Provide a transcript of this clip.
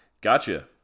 Gotcha